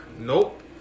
Nope